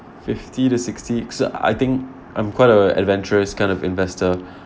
fifty to sixty s~ I think I'm quite uh adventurous kind of investor